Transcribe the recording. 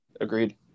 Agreed